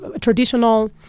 traditional